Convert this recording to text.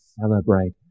celebrate